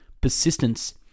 persistence